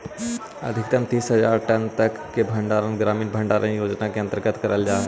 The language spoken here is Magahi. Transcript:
अधिकतम तीस हज़ार टन तक के भंडारण ग्रामीण भंडारण योजना के अंतर्गत करल जा हई